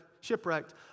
shipwrecked